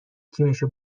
تیمشو